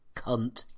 cunt